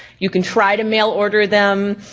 you can try to mail order them.